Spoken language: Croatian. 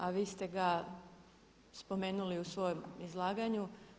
A vi ste ga spomenuli u svojem izlaganju.